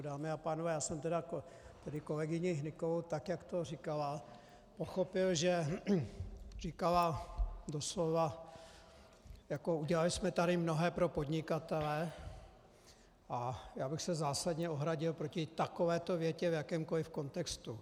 Dámy a pánové, já jsem tedy kolegyni Hnykovou, tak jak to říkala, pochopil, že říkala doslova: jako udělali jsme tady mnohé pro podnikatele, a já bych se zásadně ohradil proti takovéto větě v jakémkoliv kontextu.